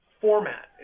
format